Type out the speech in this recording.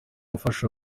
gufasha